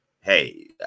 hey